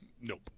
nope